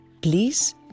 Please